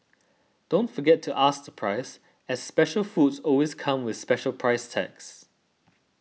don't forget to ask the price as special foods always come with special price tags